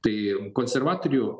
tai konservatorių